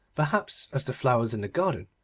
perhaps, as the flowers in the garden,